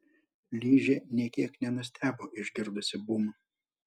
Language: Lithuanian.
ližė nė kiek nenustebo išgirdusi bum